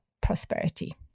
prosperity